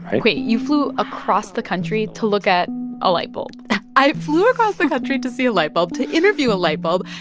right? wait. you flew across the country to look at a light bulb? i flew across the country to see a light bulb, to interview a light bulb.